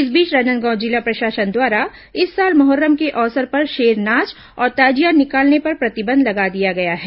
इस बीच राजनांदगांव जिला प्रशासन द्वारा इस साल मोहर्रम के अवसर पर शेर नाच और ताजिया निकालने पर प्रतिबंध लगा दिया गया है